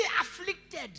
afflicted